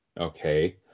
okay